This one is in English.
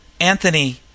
Anthony